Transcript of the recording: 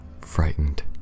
frightened